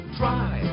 try